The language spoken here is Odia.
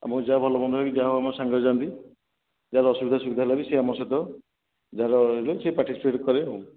ଆମର ଯାହା ଭଲ ମନ୍ଦ ହୋଇକି ଯାହା ହେଉ ମୋ ସାଙ୍ଗରେ ଯାଆନ୍ତି ଯାହାର ଅସୁବିଧା ସୁବିଧା ହେଲେ ବି ସେ ଆମ ସହିତ ଯାହା ରହିଲେ ସେ ପାର୍ଟିସିପେଟ୍ କରେ ଆଉ